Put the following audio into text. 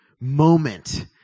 moment